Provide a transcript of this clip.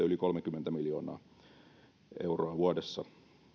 yli kolmekymmentä miljoonaa euroa vuodessa